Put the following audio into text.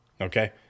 Okay